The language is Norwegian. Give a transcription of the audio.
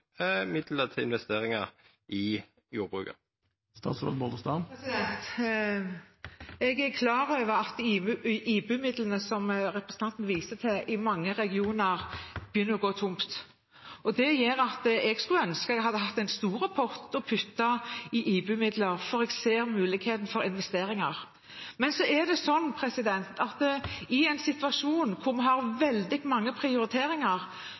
til investeringar i jordbruket? Jeg er klar over at IBU-midlene som representanten viser til, i mange regioner begynner å gå tomme. Jeg skulle ønske jeg hadde en stor pott å putte i IBU-midler, for jeg ser muligheten for investeringer. I en situasjon der vi må gjøre veldig mange prioriteringer, har det vært en sak som det har vært viktig at vi har